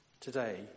Today